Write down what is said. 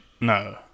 No